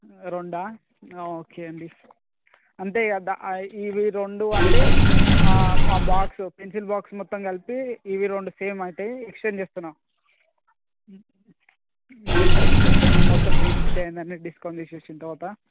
రెండా ఓకే అండి అంతే ఇక ఇవి రెండు అంటే బాక్స్ పెన్సిల్ బాక్స్ మొత్తం కలిపి ఇవి రెండు సేమ్ అవుతాయి ఎక్స్ఛేంజ్ చేస్తున్నాను ఓకే మీది మొత్తం త్రీ ఫిఫ్టీ అయ్యింది అండి డిస్కౌంట్ తీసేసిన తరువాత